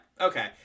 okay